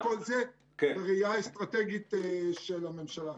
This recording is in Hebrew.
וכמובן, כל זה בראייה האסטרטגית של הממשלה.